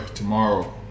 tomorrow